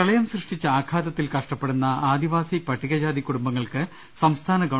പ്രളയം സൃഷ്ടിച്ച ആഘാതത്തിൽ കഷ്ടപ്പെടുന്ന ആദിവാസി പട്ടികജാതി കുടുംബങ്ങൾക്ക് സംസ്ഥാന ഗവ